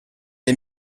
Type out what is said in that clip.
les